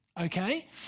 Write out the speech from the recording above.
Okay